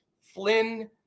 Flynn